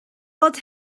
fod